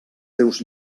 seus